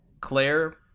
Claire